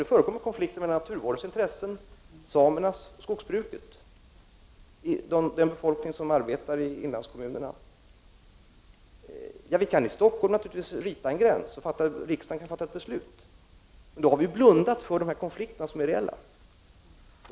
Det är konflikter mellan naturvårdsintressen, samernas och skogsbrukets intressen och den befolkning som arbetar i inlandskommunerna. Vi kan naturligtvis i Stockholm rita en gräns och riksdagen kan fatta ett beslut, men då har vi blundat för de reella konflikterna.